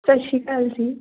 ਸ਼ੱਸ਼ੀਕਾਲ ਜੀ